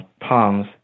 Palms